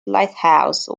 lighthouse